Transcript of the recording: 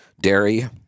dairy